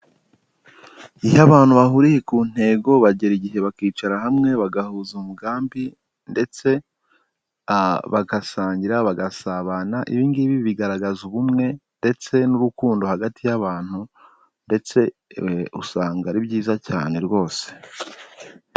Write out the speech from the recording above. Iyo abantu bahuriye ku ntego bagera igihe bakicara hamwe bagahuza umugambi ndetse bagasangira, bagasabana, ibi ngibi bigaragaza ubumwe ndetse n'urukundo hagati y'abantu ndetse usanga ari byiza cyane rwose.